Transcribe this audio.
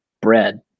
bread